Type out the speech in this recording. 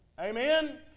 Amen